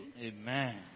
Amen